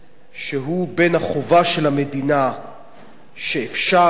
שהוא בין החובה של המדינה שאפשר לממש